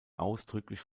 ausdrücklich